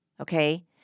Okay